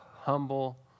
humble